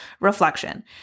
reflection